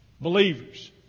believers